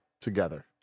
together